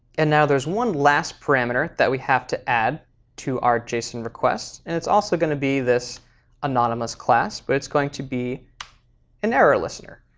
and now there's one last parameter that we have to add to our json requests, and it's also going to be this anonymous class, but it's going to be an error listener.